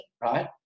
right